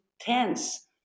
tense